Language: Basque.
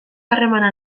harremana